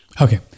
Okay